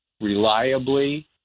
reliably –